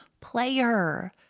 player